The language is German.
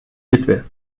witwe